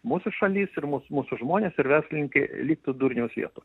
mūsų šalis ir mūsų mūsų žmonės ir verslininkai liktų durniaus vietoj